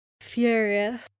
furious